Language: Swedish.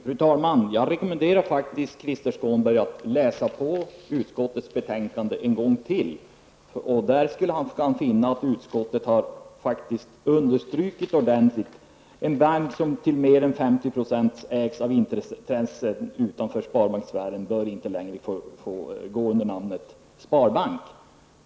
Fru talman! Jag rekommenderar faktiskt Krister Skånberg att läsa utskottets betänkande en gång till. Där kan han finna att utskottet ordentligt har understrukit att en bank som till mer än 50 % ägs av intressenter utanför sparbankssfären inte längre bör få gå under namnet sparbank.